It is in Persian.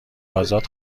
ازاد